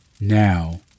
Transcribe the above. Now